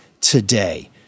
today